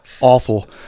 awful